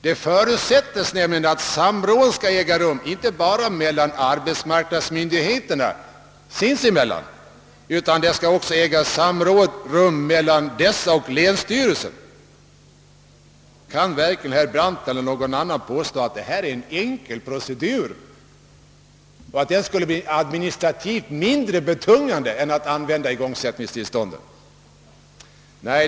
Det förutsättes nämligen att samråd skall äga rum inte bara mellan arbetsmarknadsmyndigheterna inbördes utan även mellan dessa och länsstyrelsen. Kan verkligen herr Brandt eller någon annan hävda att det här är en enkel procedur eller att den skulle bli administrativt mindre betungande än att använda lagen om igångsättningstillstånd?